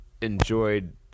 enjoyed